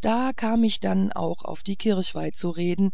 da kam ich denn auch auf die kirchweihe zu reden